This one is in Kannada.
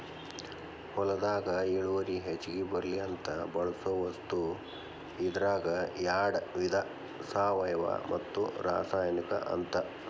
ಹೊಲದಾಗ ಇಳುವರಿ ಹೆಚಗಿ ಬರ್ಲಿ ಅಂತ ಬಳಸು ವಸ್ತು ಇದರಾಗ ಯಾಡ ವಿಧಾ ಸಾವಯುವ ಮತ್ತ ರಾಸಾಯನಿಕ ಅಂತ